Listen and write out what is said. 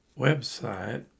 website